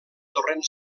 torrent